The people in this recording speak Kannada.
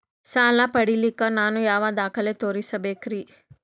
ಸಾಲ ಪಡಿಲಿಕ್ಕ ನಾನು ಯಾವ ದಾಖಲೆ ತೋರಿಸಬೇಕರಿ?